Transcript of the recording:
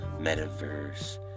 metaverse